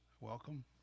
welcome